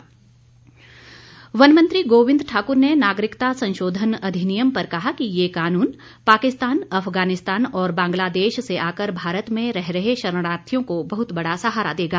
one मंत्री वन मंत्री गोविंद ठाकुर ने नागरिकता संशोधन अधिनियम पर कहा कि ये कानून पाकिस्तान अफगानिस्तान और बांग्लादेश से आकर भारत में रह रहे शरणार्थियों को बहुत बड़ा सहारा देगा